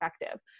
effective